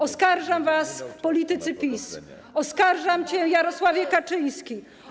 Oskarżam was, politycy PiS, oskarżam cię, Jarosławie Kaczyński.